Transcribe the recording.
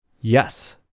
Yes